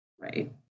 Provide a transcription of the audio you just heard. right